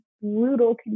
brutal